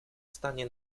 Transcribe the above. stanie